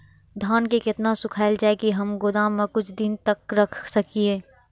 धान के केतना सुखायल जाय की हम गोदाम में कुछ दिन तक रख सकिए?